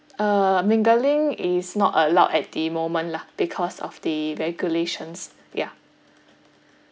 uh mingling is not allowed at the moment lah because of the regulations yeah